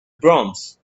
proms